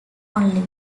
only